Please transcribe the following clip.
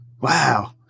Wow